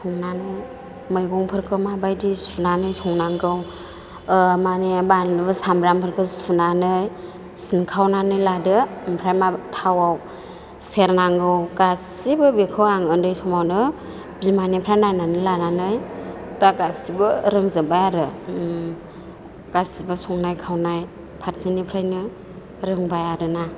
संनानै मैगंफोरखौ माबायदि सुनानै संनांगौ माने बानलु साम्ब्रामफोरखौ सुनानै सिंखावनानै लादो ओमफ्राय थावआव सेरनांगौ गासैबो बेफोरखौ आं उन्दै समावनो बिमानिफ्राय नायनानै लानानै दा गासैबो रोंजोबबाय आरो गासैबो संनाय खावनाय फारसेनिफ्रायनो रोंबाय आरोना